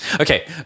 Okay